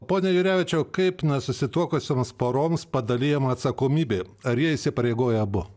pone jurevičiau kaip nesusituokusioms poroms padalijama atsakomybė ar jie įsipareigoja abu